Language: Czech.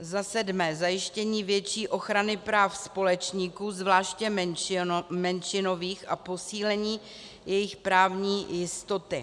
Zasedmé zajištění větší ochrany práv společníků, zvláště menšinových, a posílení jejich právní jistoty.